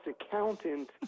accountant